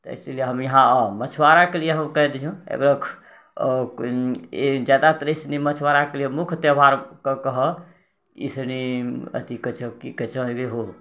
तऽ इसिलिये हम यहाँ मछुआराके लिऽ कहि दिऽ एकरा ई जादातर एहि सनि मछुआरा सनिके लिऽ मुख्य त्योहार ओकर कहब इसनि अथी कहै छै कि कहै छै आहिरे हो